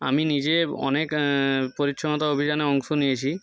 আমি নিজে অনেক পরিচ্ছনতা অভিযানে অংশ নিয়েছি